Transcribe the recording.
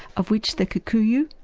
of which the kikuyu,